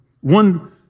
one